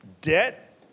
debt